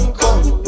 come